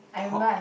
pop